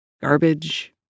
garbage